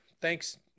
thanks